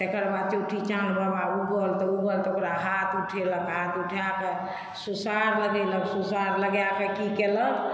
तकरबाद चौठी चाँद बाबा उगल तऽ उगल तऽ ओकरा हाथ उठेलक हाथ उठाके सुसार लगेलक सुसार लगाके की केलक